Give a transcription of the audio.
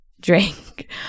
drink